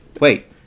Wait